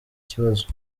kibazo